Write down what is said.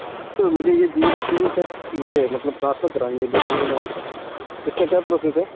ہاں جی سر مجھے یہ جیو کا سم سر یہ مطلب ٹرانسفر کرانی ہے بی ایس این ایل میں اس کا کیا پروسیز ہے